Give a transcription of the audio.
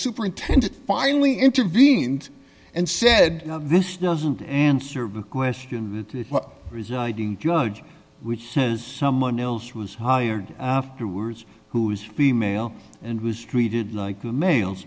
superintendent finally intervened and said this doesn't answer the question of the presiding judge which says someone else was hired to words who's the male and was treated like males